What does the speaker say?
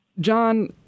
John